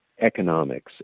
economics